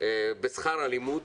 בשכר הלימוד,